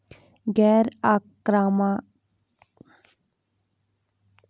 गैर आक्रामक पौधे चुनें, बढ़ती परिस्थितियों और परिपक्वता के दिनों की जाँच करें